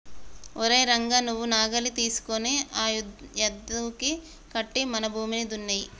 ఓరై రంగ నువ్వు నాగలి తీసుకొని ఆ యద్దుకి కట్టి మన భూమిని దున్నేయి